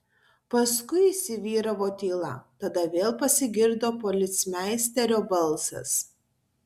paskui įsivyravo tyla tada vėl pasigirdo policmeisterio balsas